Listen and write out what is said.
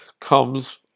comes